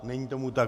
Není tomu tak.